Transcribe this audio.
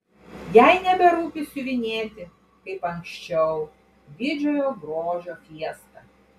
jai neberūpi siuvinėti kaip anksčiau didžiojo grožio fiestą